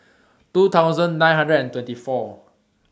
two nine hundred and twenty four